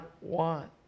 want